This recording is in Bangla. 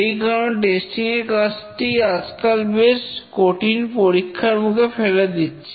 সেই কারণেই টেস্টিং এর কাজটি আজকাল বেশ কঠিন পরীক্ষার মুখে ফেলে দিচ্ছে